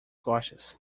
costas